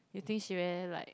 you think she very like